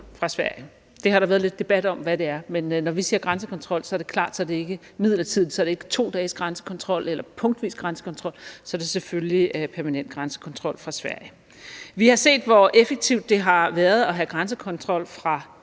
fra Sverige. Der har været lidt debat om, hvad det er. Men når vi siger grænsekontrol, er det klart, at det ikke er midlertidigt. Så er det ikke 2 dages grænsekontrol eller punktvis grænsekontrol, så er det selvfølgelig permanent grænsekontrol fra Sverige. Vi har set, hvor effektivt det har været at have grænsekontrol fra